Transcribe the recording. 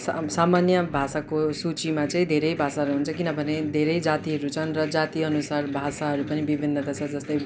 साम सामान्य भाषाको सूचिमा चाहिँ धेरै भाषाहरू हुन्छ किनभने धेरै जातिहरू छन् र जाति अनुसार भाषाहरू पनि विभिन्नता छ जस्तै